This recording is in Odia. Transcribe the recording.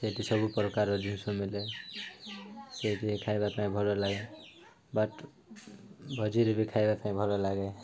ସେଇଠି ସବୁ ପ୍ରକାର ଜିନିଷ ମିଳେ ସେଇଠି ଖାଇବା ପାଇଁ ଭଲ ଲାଗେ ବାଟ ଭୋଜିରେ ବି ଖାଇବା ପାଇଁ ଭଲ ଲାଗେ